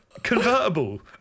Convertible